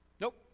Nope